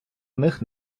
них